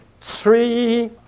three